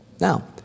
Now